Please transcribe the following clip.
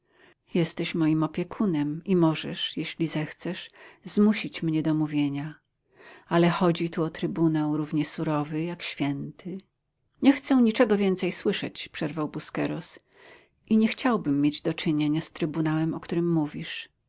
jesteś moim opiekunem i możesz jeśli zechcesz zmusić mnie do mówienia ale chodzi tu o trybunał równie surowy jak święty nie chcę niczego więcej słyszeć przerwał busqueros i nie chciałbym mieć do czynienia z trybunałem o którym mówisz